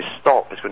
stop